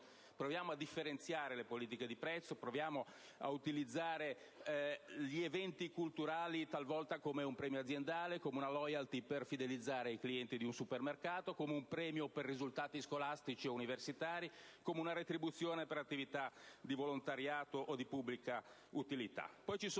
proviamo a differenziare le politiche di prezzo, ad utilizzare gli eventi culturali talvolta come un premio aziendale, come una *royalty* per fidelizzare i clienti di un supermercato, come un premio per i risultati scolastici e universitari, come una retribuzione per attività di volontariato o di pubblica utilità.